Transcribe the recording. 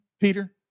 Peter